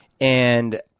And-